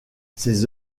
ses